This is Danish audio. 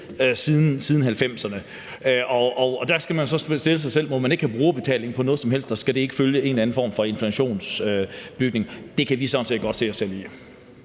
siden 1990'erne. Der skal man så stille sig selv spørgsmålet, om man ikke må have brugerbetaling på noget som helst, og om det ikke skal følge en eller anden form for inflationsregulering. Det kan vi sådan set godt se os selv i.